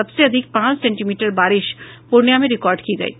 सबसे अधिक पांच सेंटीमीटर बारिश पूर्णियां में रिकॉर्ड की गयी